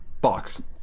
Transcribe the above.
box